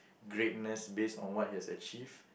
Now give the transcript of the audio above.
greatness based on what he has achieved